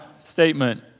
statement